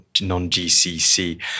non-GCC